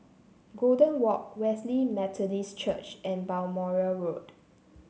Golden Walk Wesley Methodist Church and Balmoral Road